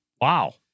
Wow